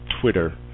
Twitter